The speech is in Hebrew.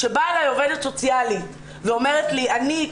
כשבאה אלי עובדת סוציאלית ואומרת לי אני,